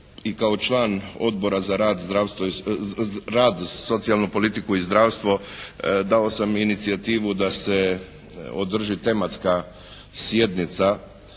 i kao član Odbora za rad, socijalnu politiku i zdravstvo dao sam inicijativu da se održi tematska sjednica